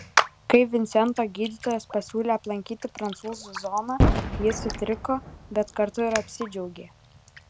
kai vincento gydytojas pasiūlė aplankyti prancūzų zoną jis sutriko bet kartu ir apsidžiaugė